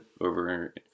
over